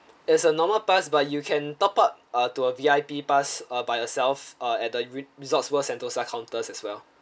it's a normal pass but you can top up uh to a V_I_P pass uh by yourself uh at the resorts world sentosa counters as well